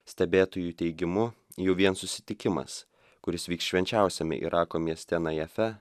stebėtojų teigimu jau vien susitikimas kuris vyks švenčiausiame irako mieste najefe